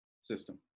system